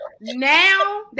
now